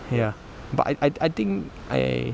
ya but I I I think I